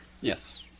Yes